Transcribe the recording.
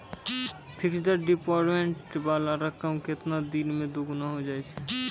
Fixed deposit वाला रकम केतना दिन मे दुगूना हो जाएत यो?